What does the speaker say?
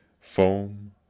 foam